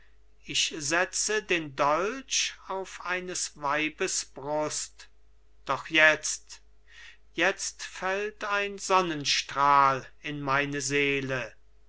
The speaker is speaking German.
ich setze den dolch auf eines weibes brust doch jetzt jetzt fällt ein sonnenstrahl in meine seele